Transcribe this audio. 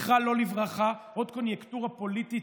כמה מנדטים,